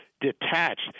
detached